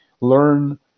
learn